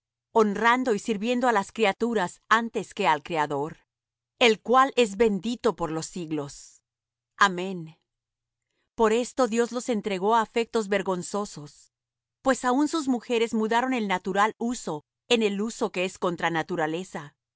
honrando y sirviendo á las criaturas antes que al criador el cual es bendito por los siglos amén por esto dios los entregó á afectos vergonzosos pues aun sus mujeres mudaron el natural uso en el uso que es contra naturaleza